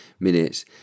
Minutes